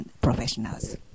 professionals